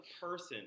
person